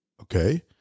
okay